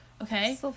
Okay